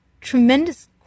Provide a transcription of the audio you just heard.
tremendous